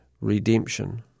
redemption